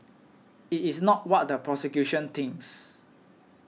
it is not what the prosecution thinks